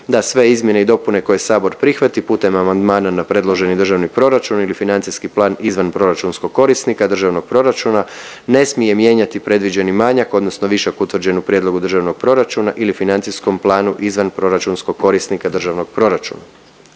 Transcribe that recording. da sve izmjene i dopune koje Sabor prihvati putem amandmana na predloženi državni proračun ili financijski plan izvanproračunskog korisnika državnog proračuna ne smiju mijenjati predviđeni manjak odnosno višak utvrđen u prijedlogu državnog proračuna ili financijskom planu izvanproračunskog korisnika državnog proračuna.